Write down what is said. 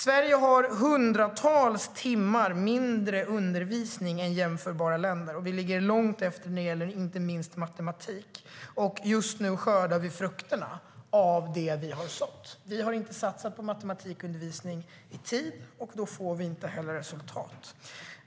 Sverige har hundratals timmar mindre undervisning än jämförbara länder, och vi ligger långt efter inte minst när det gäller matematik. Just nu skördar vi frukterna av det vi har sått. Vi har inte satsat på matematikundervisning i tid, och då får vi heller inte resultat.